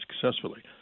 successfully